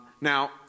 Now